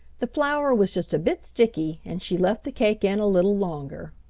the flour was just a bit sticky and she left the cake in a little longer.